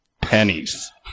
pennies